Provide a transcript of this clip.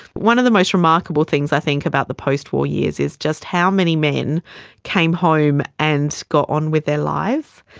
one of the most remarkable things i think about the post-war years is just how many men came home and got on with their lives.